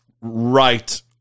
right